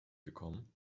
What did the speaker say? bekommen